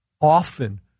often